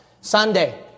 Sunday